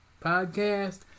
Podcast